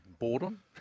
Boredom